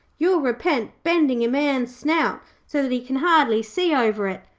you'll repent bending a man's snout so that he can hardly see over it,